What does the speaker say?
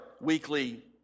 weekly